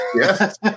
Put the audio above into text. yes